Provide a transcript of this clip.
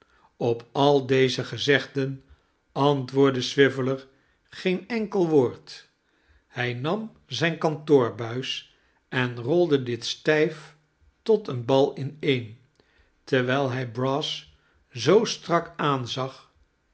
op al deze gezegden antwoordde swiveller geen enkel woord hij nam zijn kantoorbuis en rolde dit stijf tot een bal ineen terwijl hij brass zoo strak aanzag